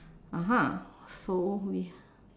(uh huh) so we